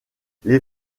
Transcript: les